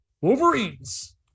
wolverines